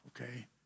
Okay